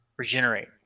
regenerate